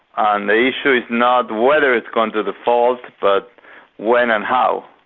ah and the issue is not whether it's going to default but when and how.